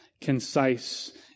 concise